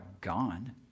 gone